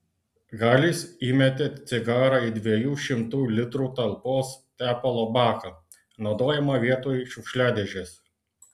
galis įmetė cigarą į dviejų šimtų litrų talpos tepalo baką naudojamą vietoj šiukšliadėžės